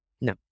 No